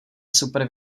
super